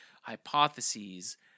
hypotheses